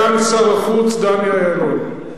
סגן שר החוץ דני אילון: